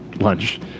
lunch